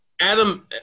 Adam